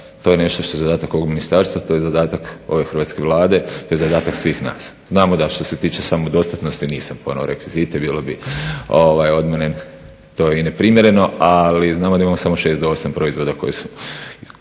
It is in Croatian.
to je nešto što je zadatak ovog ministarstva, to je zadatak ove Hrvatske vlade, to je zadatak svih nas. Znamo da što se tiče samodostatnosti nisam ponio rekvizite bilo bi od mene to je i ne primjereno a navodimo 6 do 8 proizvoda koji su